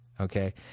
okay